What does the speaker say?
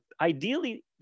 ideally